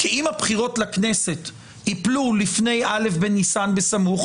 כי אם הבחירות לכנסת ייפלו לפני א' בניסן בסמוך,